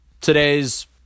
today's